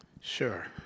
Sure